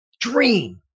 dream